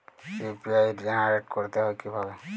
UPI generate করতে হয় কিভাবে?